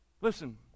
Listen